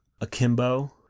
akimbo